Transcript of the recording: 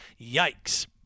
Yikes